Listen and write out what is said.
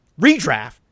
redraft